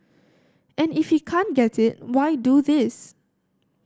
and if he can't get it why do this